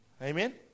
Amen